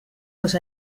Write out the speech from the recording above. dos